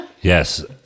Yes